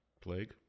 Plague